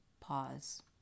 pause